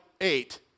eight